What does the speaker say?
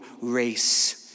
race